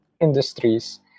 industries